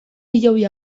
hilobi